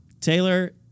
Taylor